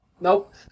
Nope